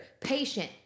Patient